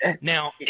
Now